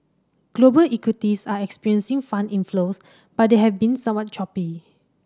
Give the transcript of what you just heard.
global equities are experiencing fund inflows but they have been somewhat choppy